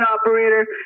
Operator